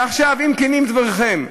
עכשיו, אם כנים דבריכם,